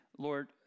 Lord